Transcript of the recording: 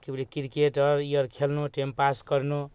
कि बुझलिए किरकेट आओर ई आओर खेललहुँ टाइमपास करलहुँ